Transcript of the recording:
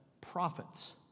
prophets